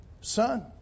Son